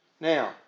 Now